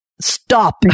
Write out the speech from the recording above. stop